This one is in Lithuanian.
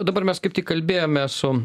dabar mes kaip tik kalbėjome su